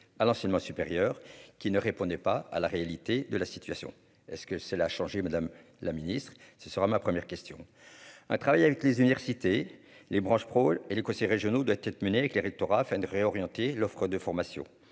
à l'enseignement supérieur qui ne répondait pas à la réalité de la situation est-ce que cela changer Madame la Ministre, ce sera ma première question un travailler avec les universités, les branches prol et les conseils régionaux doit être menée avec les rectorats afin de réorienter l'offre de formation,